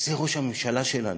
זה ראש הממשלה שלנו.